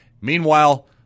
Meanwhile